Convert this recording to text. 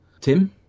Tim